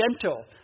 gentle